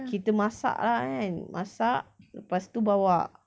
kita masak lah kan masak lepas tu bawa